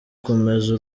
komeza